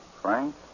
Frank